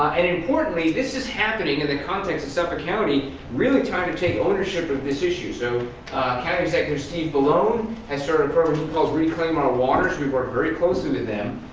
and, importantly, this is happening in the context of suffolk county really trying to take ownership of this issue. so county executive steve balone has started a firm called reclaim our waters. we work very closely with them,